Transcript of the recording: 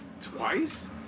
twice